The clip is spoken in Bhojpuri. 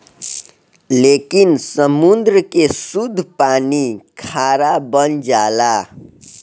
लेकिन समुंद्र के सुद्ध पानी खारा बन जाला